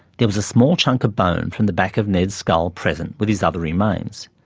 there was a small chunk of bone from the back of ned's skull present with his other remains.